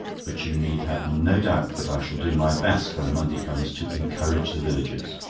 but you need have no doubt that i shall do my best when monday comes to encourage the villagers.